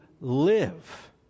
live